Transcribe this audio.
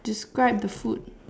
describe the food